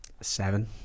Seven